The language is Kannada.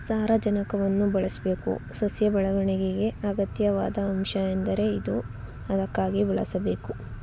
ಸಾರಜನಕವನ್ನು ಬಳಸಬೇಕು ಸಸ್ಯ ಬೆಳೆವಣಿಗೆಗೆ ಅಗತ್ಯವಾದ ಅಂಶ ಎಂದರೆ ಇದು ಅದಕ್ಕಾಗಿ ಬಳಸಬೇಕು